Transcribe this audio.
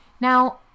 Now